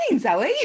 Zoe